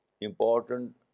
important